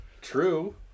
True